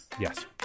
Yes